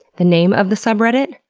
the name of the subreddit?